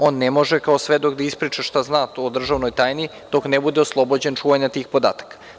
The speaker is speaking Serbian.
On ne može kao svedok da ispriča šta zna o državnoj tajni, dok ne bude oslobođen čuvanja tih podataka.